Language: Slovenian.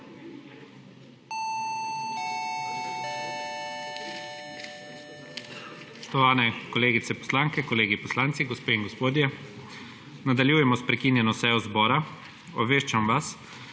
Spoštovani kolegice poslanke, kolegi poslanci, gospe in gospodje! Nadaljujemo s prekinjeno sejo zbora. Obveščam vas,